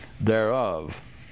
thereof